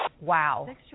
Wow